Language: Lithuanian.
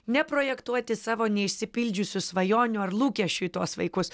neprojektuoti savo neišsipildžiusių svajonių ar lūkesčių į tuos vaikus